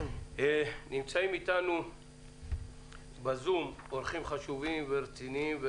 נמצאים אתנו ב-זום אורחים חשובים ורציניים.